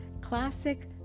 Classic